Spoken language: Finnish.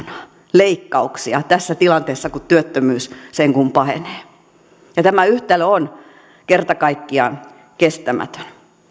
leikkauksia tässä tilanteessa kun työttömyys sen kuin pahenee tämä yhtälö on kerta kaikkiaan kestämätön